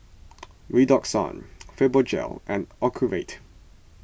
Redoxon Fibogel and Ocuvite